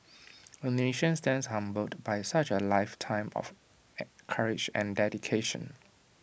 A nation stands humbled by such A lifetime of courage and dedication